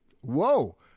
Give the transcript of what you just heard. Whoa